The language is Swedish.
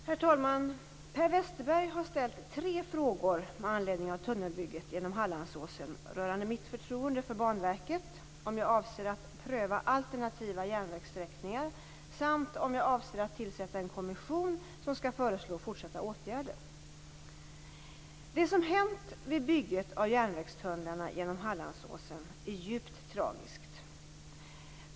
Herr talman! Per Westerberg har ställt tre frågor med anledning av tunnelbygget genom Hallandsåsen rörande mitt förtroende för Banverket, om jag avser att pröva alternativa järnvägssträckningar samt om jag avser att tillsätta en kommission som skall föreslå fortsatta åtgärder. Det som hänt vid bygget av järnvägstunnlarna genom Hallandsåsen är djupt tragiskt.